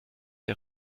der